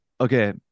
okay